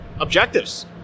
objectives